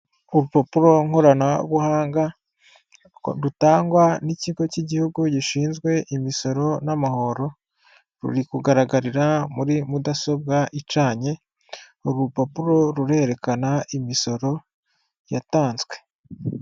Urupapuro nkoranabuhanga rutangwa n'ikigo cy'igihugu gishinzwe imisoro n'amahoro, ruri kugaragarira muri mudasobwa icanye urupapuro rurerekana imisoro yatanzwe.